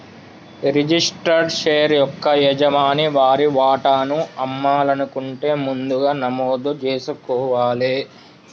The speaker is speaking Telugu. రిజిస్టర్డ్ షేర్ యొక్క యజమాని వారి వాటాను అమ్మాలనుకుంటే ముందుగా నమోదు జేసుకోవాలే